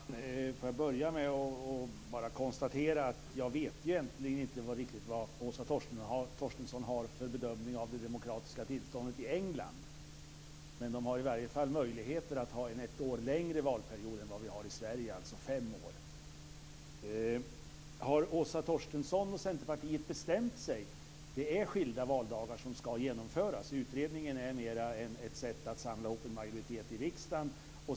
Fru talman! Får jag börja med att konstatera att jag egentligen inte riktigt vet vad Åsa Torstensson gör för bedömning av det demokratiska tillståndet i England. De har i alla fall möjligheten att ha en ett år längre valperiod än vad vi har i Sverige, alltså fem år. Har Åsa Torstensson och Centerpartiet bestämt sig? Det är förslaget om skilda valdagar som ska genomföras. Utredningen är mer ett sätt att samla ihop en majoritet i riksdagen.